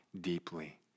deeply